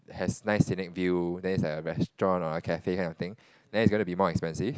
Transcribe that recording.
has nice scenic view then is like a restaurant or cafe kind of thing then it's gonna be more expensive